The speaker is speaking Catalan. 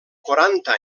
quaranta